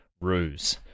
ruse